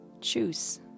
choose